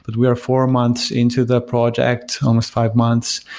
but we are four months into the project, almost five months,